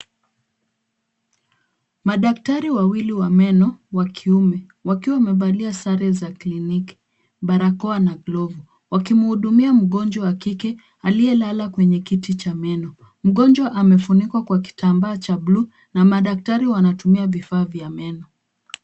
Madaktari wawili wa meno wa kiume, wakiwa wamevalia sare za kliniki, barakoa na glovu, wakimuhudumia mgonjwa wa kike aliyelala kwenye kiti cha meno. Mgonjwa amefunikwa kwa kitambaa cha blue na madaktari wanatumia vifaa vya meno.